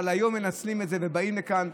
אבל היום מנצלים את זה ובאים לכאן,